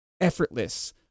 effortless